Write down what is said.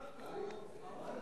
זה לחנוכה, זה היום.